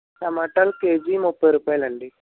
టొమాటోలు కేజీ ముప్పై రూపాయలండి